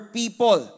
people